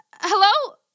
Hello